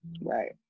Right